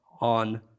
on